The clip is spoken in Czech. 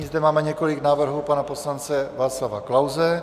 Nyní zde máme několik návrhů pana poslance Václava Klause.